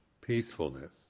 peacefulness